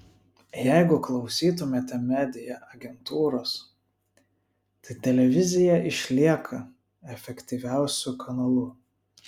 jeigu klausytumėte media agentūros tai televizija išlieka efektyviausiu kanalu